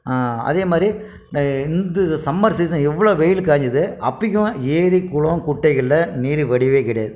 அதே மாதிரி இந்த இந்த சம்மர் சீசன் எவ்வளோ வெயில் காஞ்சுது அப்பைக்கும் ஏரி குளம் குட்டைகளில் நீர் வடியவே கிடயாது